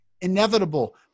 inevitable